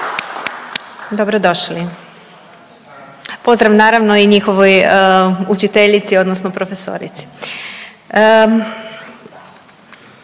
Dobro došli! Pozdrav naravno i njihovoj učiteljici odnosno profesorici.